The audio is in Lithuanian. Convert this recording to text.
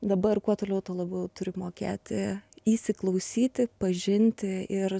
dabar kuo toliau tuo labiau turi mokėti įsiklausyti pažinti ir